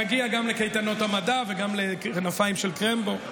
נגיע גם לקייטנות המדע וגם לכנפיים של קרמבו.